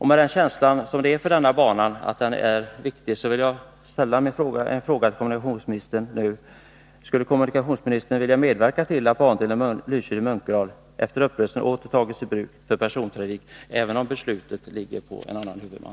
Med en viss förbättring av doseringen av banan skulle man lätt, enligt vad jag inhämtat, kunna öka hastigheten till 90 km/timme vid 20 tons axeltryck. för persontrafik, även om beslutet ligger på en annan huvudman?